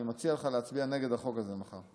אני מציע לך להצביע נגד החוק הזה מחר.